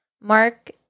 Mark